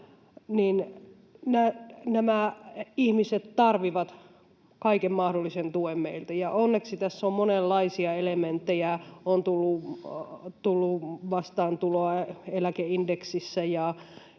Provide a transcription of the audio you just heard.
nämä ihmiset tarvitsevat kaiken mahdollisen tuen meiltä. Onneksi tässä on monenlaisia elementtejä, on tullut vastaantuloa eläkeindeksissä